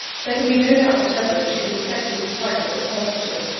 there can be no doubt whatever, that she was infected with typhus at the hospital.